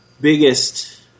biggest